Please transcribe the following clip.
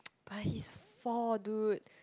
but he's four dude